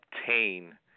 obtain